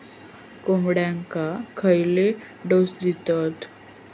कोंबड्यांक खयले डोस दितत?